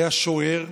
היה שוער,